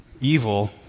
evil